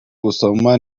gusoma